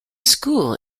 school